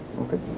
Okay